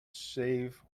save